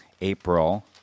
April